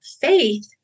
faith